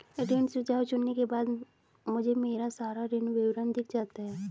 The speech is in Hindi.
ऋण सुझाव चुनने के बाद मुझे मेरा सारा ऋण विवरण दिख जाता है